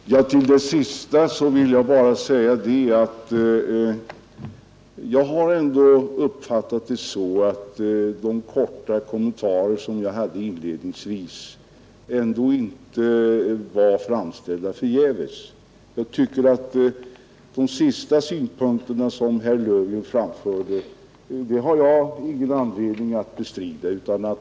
Fru talman! Till det sista vill jag bara säga att de korta kommentarer jag inledningsvis gjorde tydligen ändå inte framfördes förgäves. De synpunkter som herr Löfgren nu sist anförde har jag ingen anledning att polemisera mot.